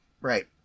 Right